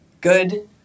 good